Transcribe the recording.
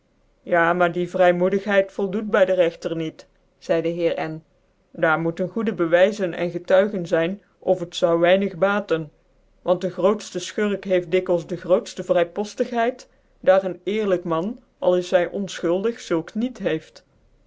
ja maar die vrymocdighcid voldoet by den rechter niet zeide de heer n daar moeten goede bewyzen en getuigen zyn of het zoude weinig baten want de grootftefchurk heeft dikwils de grootftc vrypoftighcid daar een eerlijk man al is hy onfchuldig zulks niet heeft